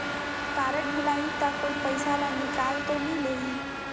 Card भुलाही ता कोई पईसा ला निकाल तो नि लेही?